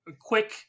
quick